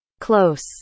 Close